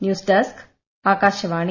news desk Akashvani